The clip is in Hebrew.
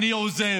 אני עוזב.